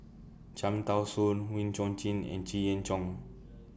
Cham Tao Soon Wee Chong Jin and Jenn Yee Jong